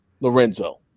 Lorenzo